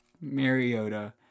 Mariota